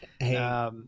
Hey